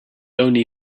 only